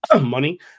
money